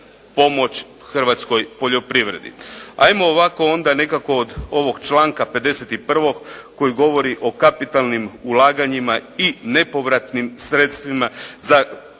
pomoć hrvatskoj poljoprivredi. Hajmo ovako onda nekako od ovog članka 51. koji govori o kapitalnim ulaganjima i nepovratnim sredstvima za